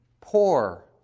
Poor